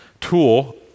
tool